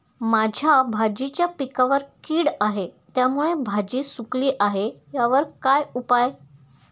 माझ्या भाजीच्या पिकावर कीड आहे त्यामुळे भाजी सुकली आहे यावर काय उपाय?